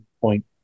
point